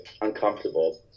uncomfortable